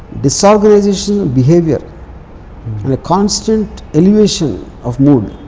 disorganization and behavior and constant elevation of mood.